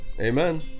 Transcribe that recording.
amen